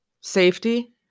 safety